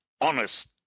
honest